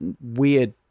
weird